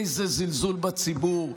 איזה זלזול בציבור.